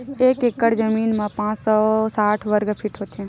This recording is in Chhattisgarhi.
एक एकड़ जमीन मा पांच सौ साठ वर्ग फीट होथे